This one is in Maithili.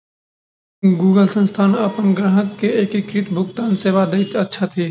गूगल संस्थान अपन ग्राहक के एकीकृत भुगतान सेवा दैत अछि